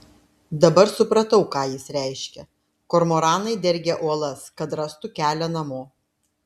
dabar supratau ką jis reiškia kormoranai dergia uolas kad rastų kelią namo